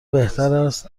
بهتراست